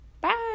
Bye